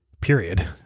period